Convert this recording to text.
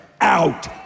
out